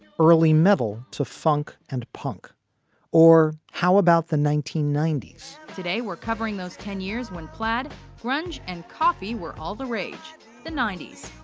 early mayville to funk and punk or how about the nineteen ninety s? today we're covering those ten years when played grunge and coffee were all the rage the ninety s,